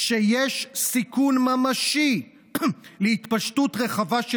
כשיש סיכון ממשי להתפשטות רחבה של